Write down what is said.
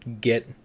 get